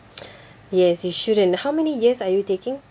yes you shouldn't how many years are you taking